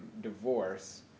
divorce